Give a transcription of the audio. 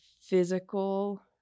physical